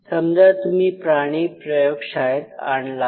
समजा तुम्ही प्राणी प्रयोगशाळेत आणला आहे